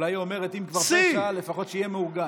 אולי היא אומרת: אם כבר פשע, לפחות שיהיה מאורגן.